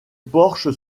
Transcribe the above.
porche